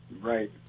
Right